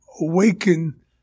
awaken